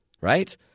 right